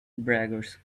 braggers